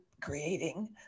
creating